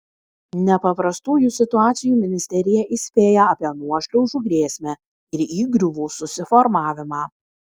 nepaprastųjų situacijų ministerija įspėja apie nuošliaužų grėsmę ir įgriuvų susiformavimą